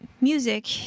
Music